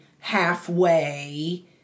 halfway